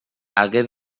hagué